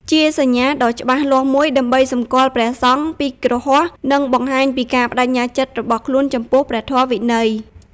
ជាសញ្ញាដ៏ច្បាស់លាស់មួយដើម្បីសម្គាល់ព្រះសង្ឃពីគ្រហស្ថ និងបង្ហាញពីការប្តេជ្ញាចិត្តរបស់ខ្លួនចំពោះព្រះធម៌វិន័យ។